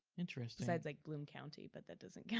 interesting. besides like, bloom county but that doesn't count.